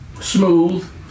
smooth